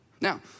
Now